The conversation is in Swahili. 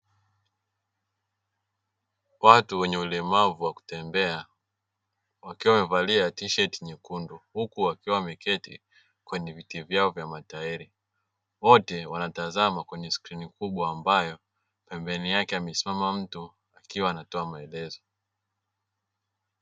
Watu wenye ulemavu wa kutembea wakiwa wamevalia tisheti nyekundu huku wakiwa wameketi kwenye viti vyao vya matairi, wote wanatazama kwenye skrini kubwa ambayo pembeni yake amesimama mtu akiwa anatoa maelezo.